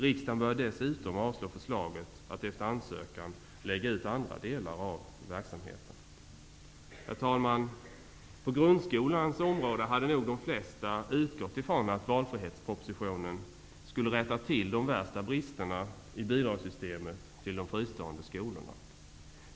Riksdagen bör dessutom avslå förslaget att efter ansökan lägga ut andra delar av verksamheten på entreprenad. Herr talman! De flesta utgick nog från att vafrihetspropositionen på grundskolans område skulle rätta till de värsta bristerna i bidragssystemet till de fristående skolorna.